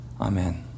Amen